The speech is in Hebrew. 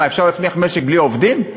מה, אפשר להצמיח משק בלי עובדים?